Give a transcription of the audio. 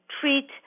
treat